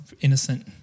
innocent